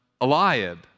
Eliab